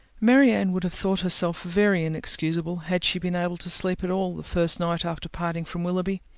marianne would have thought herself very inexcusable had she been able to sleep at all the first night after parting from willoughby.